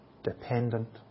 dependent